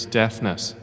deafness